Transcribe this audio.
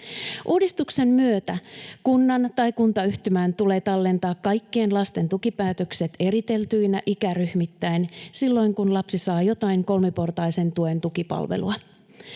Uudistuksen myötä kunnan tai kuntayhtymän tulee tallentaa kaikkien lasten tukipäätökset eriteltyinä ikäryhmittäin silloin kun lapsi saa jotain kolmiportaisen tuen tukipalvelua.